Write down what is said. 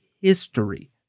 history